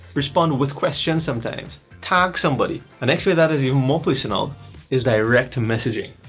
respond with questions sometimes tag somebody. a next way that is even more personal is direct messaging.